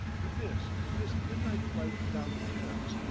but this this midnight flight down the thames,